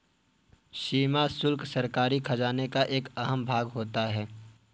सीमा शुल्क सरकारी खजाने का एक अहम भाग होता है